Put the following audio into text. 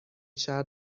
شرط